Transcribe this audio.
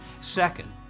Second